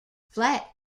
flat